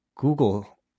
Google